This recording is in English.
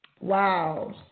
Wow